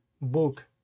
book